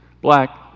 black